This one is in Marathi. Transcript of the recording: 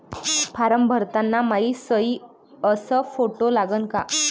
फारम भरताना मायी सयी अस फोटो लागन का?